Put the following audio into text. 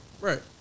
Right